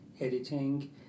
editing